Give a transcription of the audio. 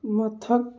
ꯃꯊꯛ